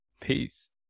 Peace